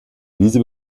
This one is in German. diese